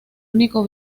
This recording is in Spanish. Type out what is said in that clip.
único